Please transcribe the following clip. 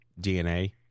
DNA